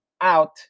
out